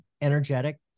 energetic